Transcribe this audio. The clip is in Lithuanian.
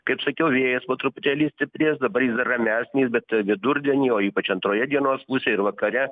kaip sakiau vėjas po truputėlį stiprės dabar jis dar ramesnis bet vidurdienį o ypač antroje dienos pusėj ir vakare